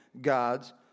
gods